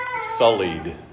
sullied